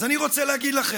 אז אני רוצה להגיד לכם,